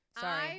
Sorry